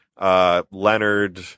Leonard